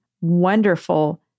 wonderful